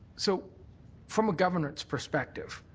so from a government's perspective,